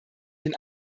den